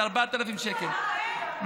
שזה 4,000 שקל,